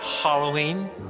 halloween